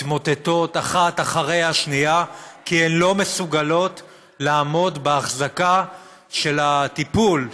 מתמוטטות אחת אחרי השנייה כי הן לא מסוגלות לעמוד בהחזקה של הטיפול,